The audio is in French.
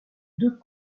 deux